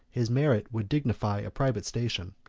his merit would dignify a private station.